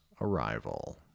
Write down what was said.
arrival